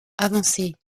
avancées